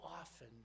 often